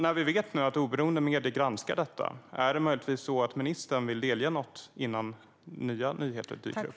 När vi vet att oberoende medier nu granskar detta, vill ministern då möjligtvis delge något innan nya nyheter dyker upp?